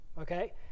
Okay